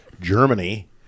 Germany